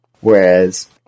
Whereas